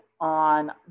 on